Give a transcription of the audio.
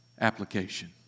application